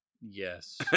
Yes